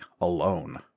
alone